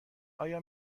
آیا